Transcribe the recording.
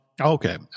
Okay